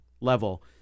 level